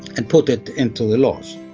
and put it into the laws.